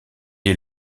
est